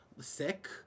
sick